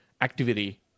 activity